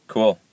Cool